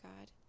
God